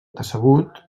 decebut